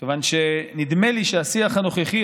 כיוון שנדמה לי שהשיח הנוכחי,